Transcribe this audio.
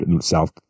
south